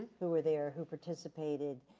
who were there, who participated,